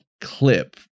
clip